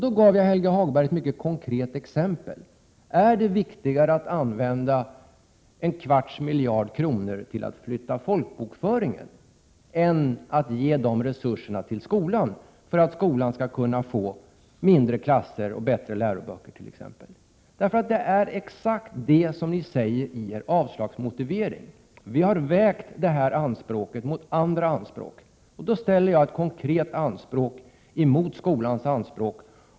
Jag gav då Helge Hagberg ett mycket konkret exempel: Är det viktigare att använda en kvarts miljard kronor till att lägga om folkbokföringen än att ge motsvarande resurs till skolan föra att man t.ex. skall kunna få mindre klasser och bättre läroböcker? Den exakta innebörden av er avslagsmotivering är ju att ni har vägt dessa behov mot andra anspråk. Jag ställer därför ett konkret sådant anspråk mot skolans anspråk.